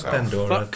Pandora